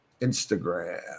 Instagram